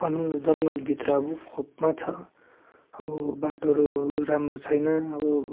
भनौँ न जङ्गलभित्र अब खोपमा छ अब बाटोहरू राम्रो छैन अब